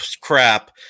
crap